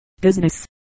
business